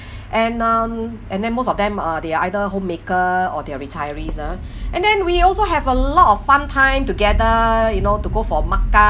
and um and then most of them are they are either homemaker or they are retirees ah and then we also have a lot of fun time together you know to go for makan